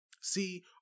see